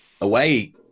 away